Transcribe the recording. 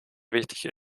wichtig